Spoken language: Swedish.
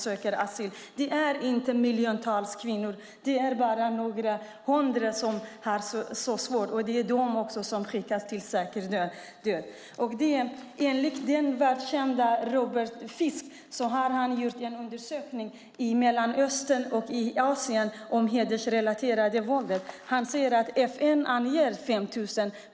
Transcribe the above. Det är inte miljontals kvinnor. Det är bara några hundra har det så svårt. Det är också de som skickas till en säker död. Den välkände Robert Fisk har gjort en undersökning i Mellanöstern och i Asien om det hedersrelaterade våldet. Han säger att FN anger 5 000.